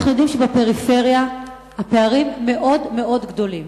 אנחנו יודעים שבפריפריה הפערים מאוד גדולים.